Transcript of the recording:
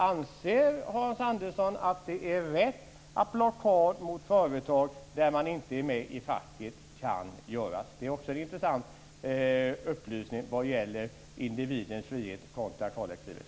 Anser Hans Andersson att det är rätt att det går att utlysa blockad mot företag där de anställda inte är med i facket? Det är också en intressant upplysning vad gäller individens frihet kontra kollektivet.